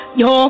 yo